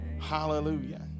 Hallelujah